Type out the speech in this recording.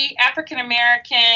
African-American